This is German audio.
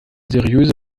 seriöse